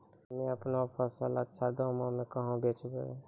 हम्मे आपनौ फसल अच्छा दामों मे कहाँ बेचबै?